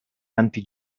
anti